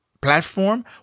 platform